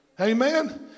Amen